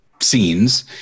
scenes